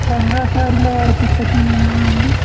రంగాచార్యుల వారి పుస్తకాలు లేవా అండి